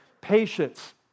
patience